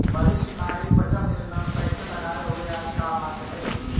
वरिष्ठ नागरिक बचत योजना में पैसे लगाए हुए आज काम आ गेलइ